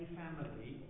family